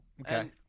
Okay